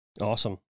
awesome